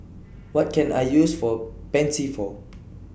What Can I use For Pansy For